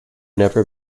never